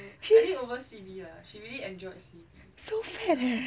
she's so fat leh